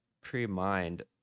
pre-mined